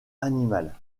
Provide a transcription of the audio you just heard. animale